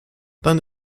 dann